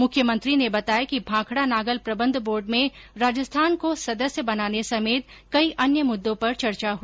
मुख्यमंत्री ने बताया कि भांखडा नागल प्रबंध बोर्ड में राजस्थान को सदस्य बनाने समेत कई अन्य मुददो पर चर्चा की